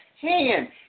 hand